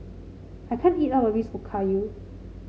I can't eat all of this Okayu